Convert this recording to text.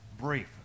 brief